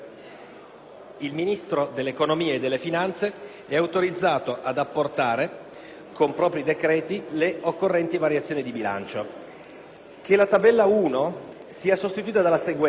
Il Ministro dell'economia e delle finanze è autorizzato ad apportare, con propri decreti, le occorrenti variazioni di bilancio"; - che la tabella n. 1 sia sostituita dalla seguente: